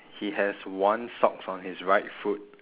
he has one socks on his right foot